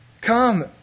Come